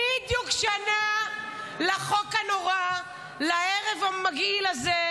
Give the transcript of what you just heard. בדיוק שנה לחוק הנורא, לערב המגעיל הזה.